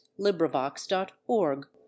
LibriVox.org